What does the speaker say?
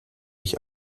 ich